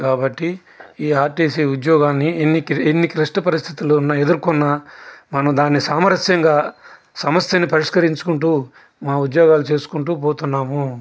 కాబట్టి ఈ ఆర్టీసీ ఉద్యోగాన్ని ఎన్ని ఎన్ని క్లిష్ట పరిస్థులు ఉన్నా ఎదురుకొన్న మనం దాన్ని సామరస్యంగా సమస్యన్ని పరిష్కరించుకుంటూ మా ఉద్యోగాలు చేసుకుంటూ పోతున్నాము